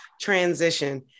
transition